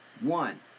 One